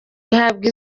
ihabwa